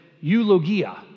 eulogia